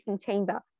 chamber